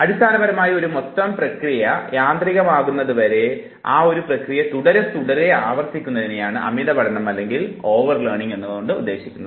അടിസ്ഥാനപരമായി ഒരു മൊത്തം പ്രക്രിയ യന്ത്രികമാകുന്നതുവരെ ആ ഒരു പ്രക്രിയ തുടരെ തുടരെ ആവർത്തിക്കുന്നതാണ് അമിത പഠന പ്രക്രിയ എന്നതുകൊണ്ട് ഉദ്ദേശിക്കുന്നത്